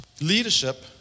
Leadership